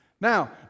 Now